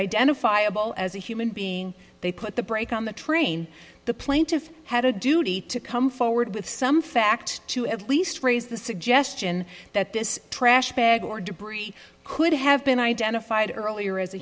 identifiable as a human being they put the brake on the train the plaintiff had a duty to come forward with some fact to at least raise the suggestion that this trash bag or debris could have been identified earlier as